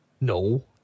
No